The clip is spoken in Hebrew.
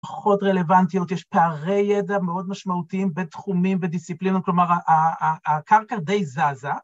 פחות רלוונטיות, יש פערי ידע מאוד משמעותיים בתחומים ודיסציפלינות, כלומר, הקרקע די זזה.